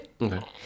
Okay